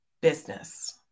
business